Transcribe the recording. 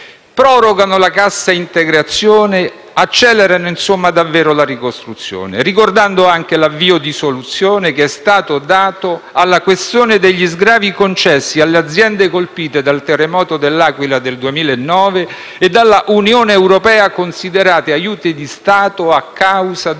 prorogano la cassa integrazione; accelerano insomma davvero la ricostruzione. Ricordo anche l'avvio di soluzione che è stato dato alla questione degli sgravi concessi alle aziende colpite dal terremoto di L'Aquila del 2009, dalla Unione europea considerati aiuti di Stato a causa delle